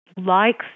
likes